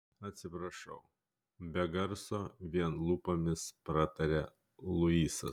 atsiprašau be garso vien lūpomis prataria luisas